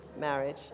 marriage